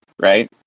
right